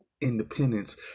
independence